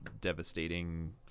devastating